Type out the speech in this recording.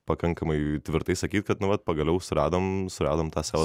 pakankamai tvirtai sakyti kad nu vat pagaliau suradom suradom tą savo